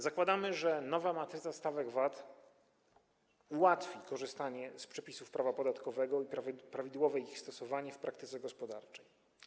Zakładamy, że nowa matryca stawek VAT ułatwi korzystanie z przepisów prawa podatkowego i prawidłowe ich stosowanie w praktyce gospodarczej.